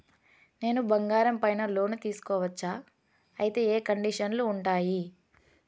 నేను బంగారం పైన లోను తీసుకోవచ్చా? అయితే ఏ కండిషన్లు ఉంటాయి?